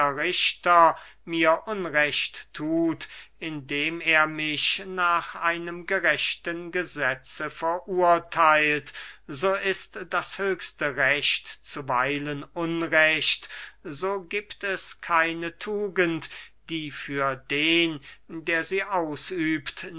richter mir unrecht thut indem er mich nach einem gerechten gesetze verurtheilt so ist das höchste recht zuweilen unrecht so giebt es keine tugend die für den der sie ausübt